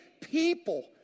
people